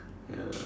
ya